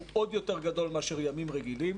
עוד יותר גדול מאשר ימים רגילים.